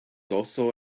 also